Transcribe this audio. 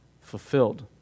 fulfilled